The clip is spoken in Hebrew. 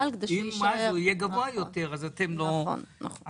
אם הוא יהיה גבוה יותר אתם לא תיפגעו.